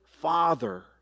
father